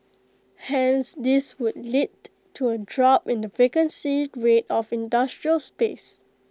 hence this would lead to A drop in the vacancy rate of industrial space